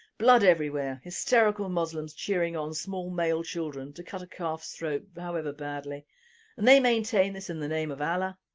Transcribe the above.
blood everywhere, hysterical muslims cheering on small male children to cut a calf's throat however badly and they maintain this in the name of allah?